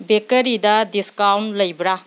ꯕꯦꯀꯔꯤꯗ discount ꯂꯩꯕ꯭ꯔꯥ